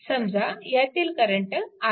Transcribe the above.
समजा ह्यातील करंट iLआहे